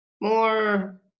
more